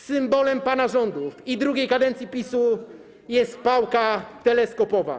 Symbolem pana rządów i drugiej kadencji PiS-u jest pałka teleskopowa.